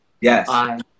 Yes